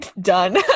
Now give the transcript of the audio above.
done